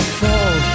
fall